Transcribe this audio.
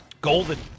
Golden